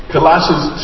Colossians